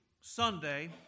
Sunday